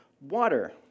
water